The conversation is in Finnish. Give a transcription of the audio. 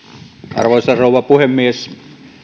arvoisa rouva puhemies